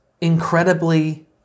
incredibly